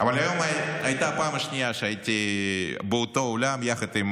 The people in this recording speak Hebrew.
אבל היום הייתה הפעם השנייה שהייתי באותו אולם יחד עם